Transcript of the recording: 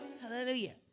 Hallelujah